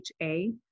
ha